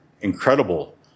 incredible